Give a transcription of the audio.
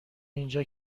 اینجا